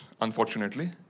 unfortunately